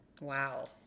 Wow